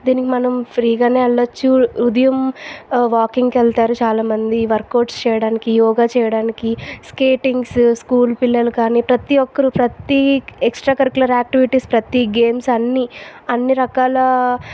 దీనికి మనం ఫ్రీ గానే వేల్లొచ్చు ఉదయం వాకింగ్కి వెళ్తారు చాలా మంది వర్కౌట్స్ చేయడానికి యోగ చేయడానికి స్కేటింగ్స్ స్కూల్ పిల్లలు కాని ప్రతిఒక్కరు ప్రతి ఎక్సట్రా కరిక్యులర్ యాక్టివిటీస్ ప్రతీ గేమ్స్ అన్ని అన్ని రకాల